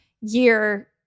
year